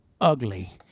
ugly